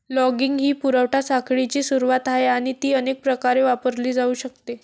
logging ही पुरवठा साखळीची सुरुवात आहे आणि ती अनेक प्रकारे वापरली जाऊ शकते